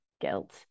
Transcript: guilt